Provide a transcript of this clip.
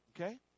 Okay